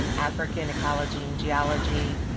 um african ecology and geology.